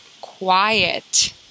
quiet